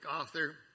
author